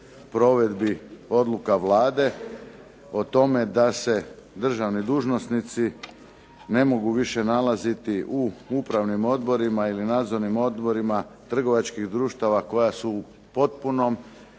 provedbi odluka Vlade o tome da se državni dužnosnici ne mogu više nalaziti u upravnim odborima ili nadzornim odborima trgovačkih društava koja su u potpunom